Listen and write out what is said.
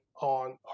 on